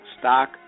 Stock